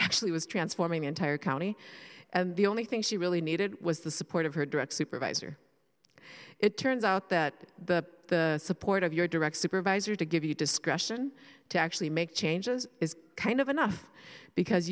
actually was transforming entire county and the only thing she really needed was the support of her direct supervisor it turns out that the support of your direct supervisor to give you discretion to actually make changes is kind of enough because